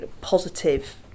positive